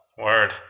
word